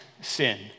sin